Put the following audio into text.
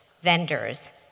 vendors